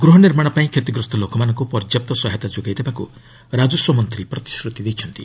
ଗୃହ ନିର୍ମାଣ ପାଇଁ କ୍ଷତିଗ୍ରସ୍ତ ଲୋକମାନଙ୍କୁ ପର୍ଯ୍ୟାପ୍ତ ସହାୟତା ଯୋଗାଇଦେବାକୁ ରାଜସ୍ୱମନ୍ତ୍ରୀ ପ୍ରତିଶ୍ରତି ଦେଇଛନ୍ତି